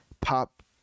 pop